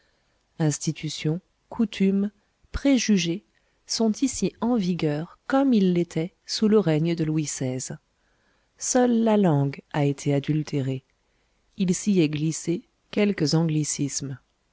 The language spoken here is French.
institutions coutumes préjugés sont ici en vigueur comme ils l'étaient sous le règne de louis xvi seule la langue a été adultérée il s'y est glissé quelques anglicismes